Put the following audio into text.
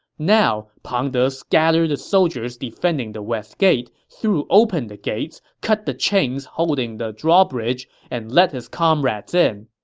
now, pang de scattered the soldiers defending the west gate, threw open the gates, cut the chains holding up the drawbridge, and let his comrades in.